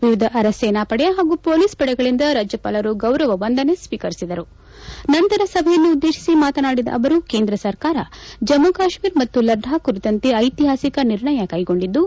ವಿವಿಧ ಅರೆಸೇನಾಪಡೆ ಹಾಗೂ ಮೊಲೀಸ್ ಪಡೆಗಳಿಂದ ರಾಜ್ಯಪಾಲರು ಗೌರವ ವಂದನೆ ಸ್ವೀಕರಿಸಿದರು ನಂತರ ಸಭೆಯನ್ನುದ್ದೇಶಿಸಿ ಮಾತನಾಡಿದ ಅವರು ಕೇಂದ್ರ ಸರ್ಕಾರ ಜಮ್ಮ ಕಾಶ್ಮೀರ್ ಮತ್ತು ಲಡಾಬ್ ಕುರಿತಂತೆ ಐತಿಪಾಸಿಕ ನೀರ್ಣಯ ಕೈಗೊಂಡಿದ್ದು